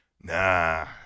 Nah